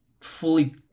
fully